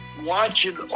watching